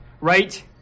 right